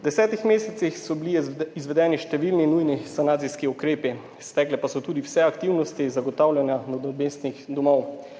V 10 mesecih so bili izvedeni številni nujni sanacijski ukrepi, stekle pa so tudi vse aktivnosti zagotavljanja nadomestnih domov.